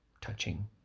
touching